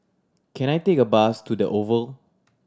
can I take a bus to The Oval